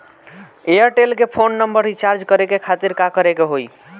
Airtel के phone number recharge करे के खातिर का करे के होई?